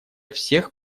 всех